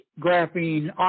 graphene